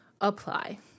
apply